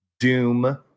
doom